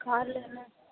கார்லேன்னா